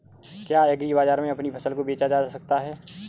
क्या एग्रीबाजार में अपनी फसल को बेचा जा सकता है?